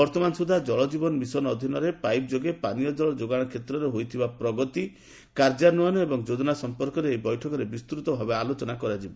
ବର୍ତ୍ତମାନ ସୁଦ୍ଧା ଜଳଜୀବନ ମିଶନ ଅଧୀନରେ ପାଇପ ଯୋଗେ ପାନୀୟଜଳ ଯୋଗାଣ କ୍ଷେତ୍ରରେ ହୋଇଥିବା ପ୍ରଗତି କାର୍ଯ୍ୟାନ୍ୱୟନ ଏବଂ ଯୋଜନା ସଂପର୍କରେ ଏହି ବୈଠକରେ ବିସ୍ତୃତଭାବେ ଆଲୋଚନା କରାଯିବ